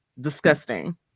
disgusting